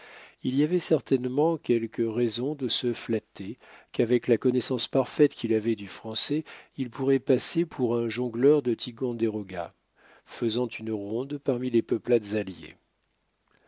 il y avait certainement quelque raison de se flatter qu'avec la connaissance parfaite qu'il avait du français il pourrait passer pour un jongleur de ticonderoga faisant une ronde parmi les peuplades alliées